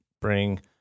bring